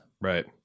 Right